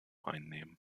einnehmen